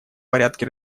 порядке